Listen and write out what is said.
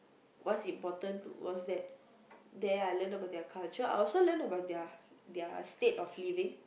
what's important was that there I learn about their culture I also learn about their their state of living